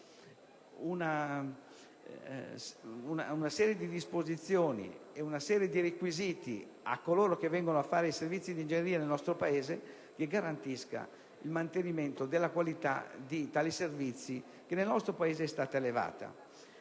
in essere delle disposizioni e dei requisiti affinché chi viene a prestare i servizi di ingegneria nel nostro Paese garantisca il mantenimento della qualità di tali servizi che nel nostro Paese è stata elevata.